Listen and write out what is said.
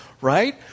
right